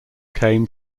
came